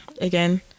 again